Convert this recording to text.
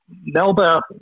Melba